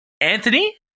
Anthony